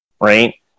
right